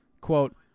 quote